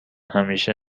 همیشه